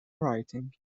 writing